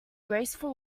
graceful